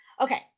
Okay